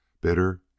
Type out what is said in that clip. Bitter